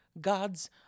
gods